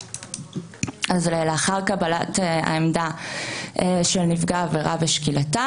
לאחר קבלת העמדה של נפגע העבירה ושקילתה